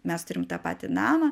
mes turim tą patį namą